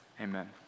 amen